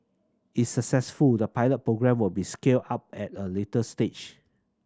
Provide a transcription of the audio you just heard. it successful the pilot programme will be scaled up at a later stage